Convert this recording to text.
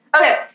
Okay